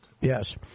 Yes